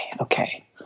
Okay